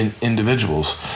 individuals